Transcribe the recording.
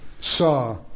saw